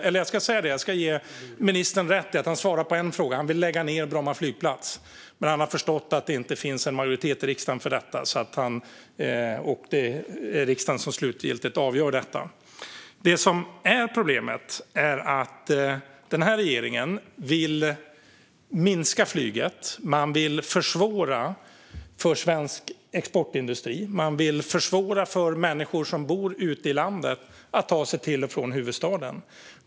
Eller, jag ska ge ministern rätt i att han svarade på en fråga: Han vill lägga ned Bromma flygplats. Men han har förstått att det inte finns en majoritet i riksdagen för detta, och det är ju riksdagen som slutgiltigt avgör frågan. Problemet är att den här regeringen vill minska flyget. Man vill försvåra för svensk exportindustri och för människor som bor ute i landet att ta sig till och från huvudstaden.